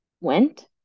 went